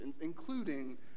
including